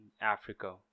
africa